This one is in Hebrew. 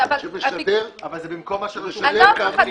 אבל זה בדיוק מה שכתוב היום.